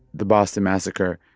the boston massacre,